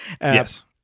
Yes